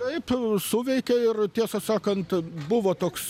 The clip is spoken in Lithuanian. taip suveikė ir tiesą sakant buvo toks